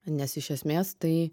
nes iš esmės tai